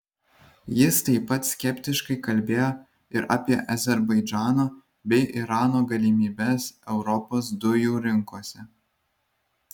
jis taip pat skeptiškai kalbėjo ir apie azerbaidžano bei irano galimybes europos dujų rinkose